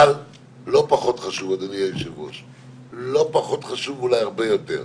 אבל לא פחות חשוב, אולי הרבה יותר,